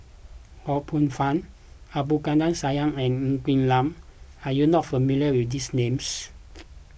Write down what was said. Ho Poh Fun Abdul Kadir Syed and Ng Quee Lam are you not familiar with these names